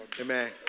Amen